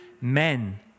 men